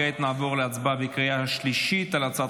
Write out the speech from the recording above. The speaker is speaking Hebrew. כעת נעבור להצבעה בקריאה השלישית על הצעת